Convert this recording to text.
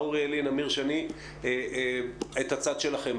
אוריאל לין, אמיר שני, את הצד שלכם.